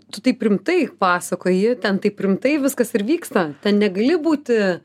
tu taip rimtai pasakoji ten taip rimtai viskas ir vyksta ten negali būti